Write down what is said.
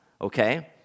okay